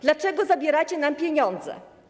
Dlaczego zabieracie nam pieniądze?